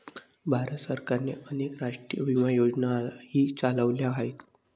भारत सरकारने अनेक राष्ट्रीय विमा योजनाही चालवल्या आहेत